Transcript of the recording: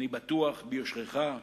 אני בטוח ביושרך,